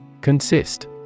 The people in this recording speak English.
Consist